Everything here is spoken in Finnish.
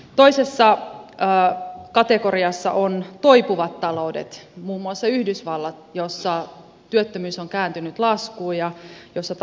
toisessa kategoriassa ovat toipuvat taloudet muun muassa yhdysvallat missä työttömyys on kääntynyt laskuun ja missä talouskasvu on jo oraalla